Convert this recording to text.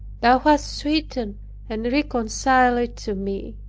thou hast sweetened and reconciled it to me.